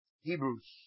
Hebrews